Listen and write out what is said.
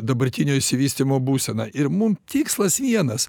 dabartinio išsivystymo būseną ir mum tikslas vienas